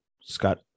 scott